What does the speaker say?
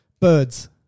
Birds